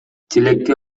тилекке